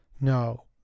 No